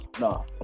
no